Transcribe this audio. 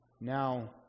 now